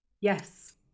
Yes